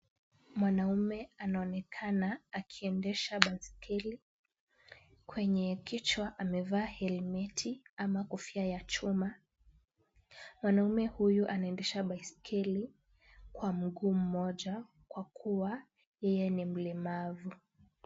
Mwanaume anaonekana akiendesha baiskeli. Kwenye kichwa amevaa helmeti ama kofia ya chuma. Mwanaume huyu anaendesha baiskeli kwa mguu mmoja kwa kuwa yeye ni mlemavu.